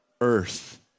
earth